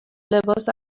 لباس